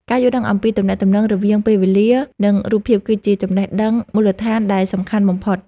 ការយល់ដឹងអំពីទំនាក់ទំនងរវាងពេលវេលា និង រូបភាពគឺជាចំណេះដឹងមូលដ្ឋានដែលសំខាន់បំផុត។